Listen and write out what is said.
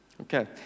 Okay